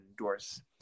endorse